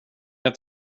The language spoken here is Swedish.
jag